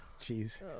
Jeez